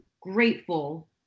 grateful